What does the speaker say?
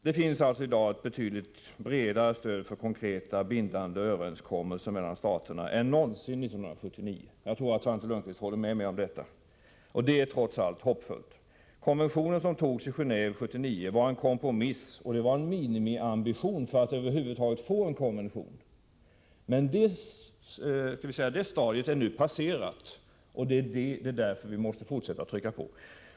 Det finns i dag ett betydligt bredare stöd för konkreta, bindande överenskommelser mellan staterna än det fanns 1979 — jag tror att Svante Lundkvist håller med mig om detta — och det är trots allt hoppfullt. Den konvention som antogs i Gendve 1979 var en kompromiss, och man angav då en minimiambition för att över huvud taget kunna enas om en konvention. Men det stadiet är nu passerat, och det är därför vi måste fortsätta och trycka på.